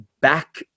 back